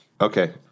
Okay